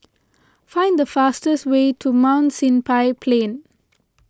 find the fastest way to Mount Plain